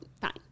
fine